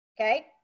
okay